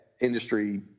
industry